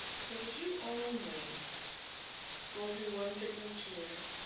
because if you only go through one thickness here